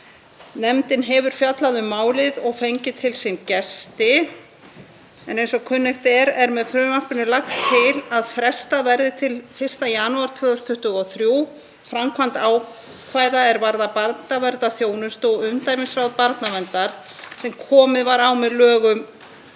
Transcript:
Nefndin hefur fjallað um málið og fengið til sín gesti. Eins og kunnugt er er með frumvarpinu lagt til að frestað verði til 1. janúar 2023 framkvæmd ákvæða er varða barnaverndarþjónustu og umdæmisráð barnaverndar sem komið var á með lögum